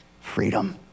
freedom